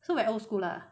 so very old school lah